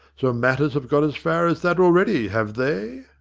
so matters have got as far as that already, have they!